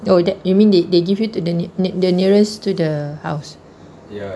oo that you mean they they give you to the ne~ the nearest to the house